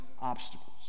obstacles